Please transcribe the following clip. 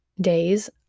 days